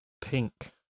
Pink